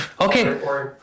Okay